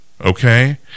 Okay